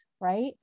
right